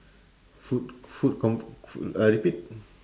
food food con~ food uh repeat